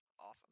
Awesome